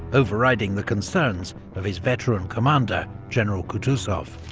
overriding the concerns of his veteran commander, general kutuzov.